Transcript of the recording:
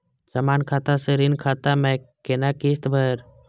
समान खाता से ऋण खाता मैं कोना किस्त भैर?